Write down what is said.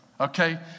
Okay